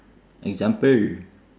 example